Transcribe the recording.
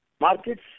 markets